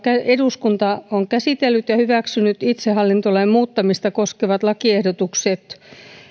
eduskunta on käsitellyt ja hyväksynyt itsehallintolain muuttamista koskevat lakiehdotukset